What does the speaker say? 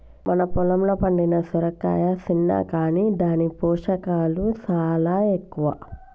మన పొలంలో పండిన సొరకాయ సిన్న కాని దాని పోషకాలు సాలా ఎక్కువ